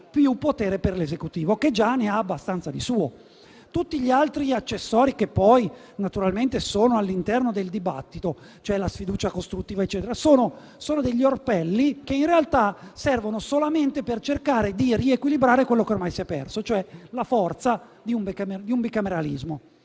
potere per l'Esecutivo, che già ne ha abbastanza di suo. Tutti gli altri accessori che naturalmente sono all'interno del dibattito (come la sfiducia costruttiva, eccetera) sono orpelli, che in realtà servono solamente per cercare di riequilibrare quello che ormai si è perso, ossia la forza di un bicameralismo.